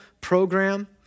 program